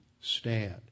stand